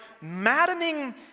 maddening